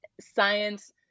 science